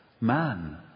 man